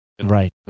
Right